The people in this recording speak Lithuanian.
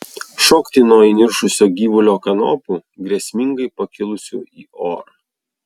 šokti nuo įniršusio gyvulio kanopų grėsmingai pakilusių į orą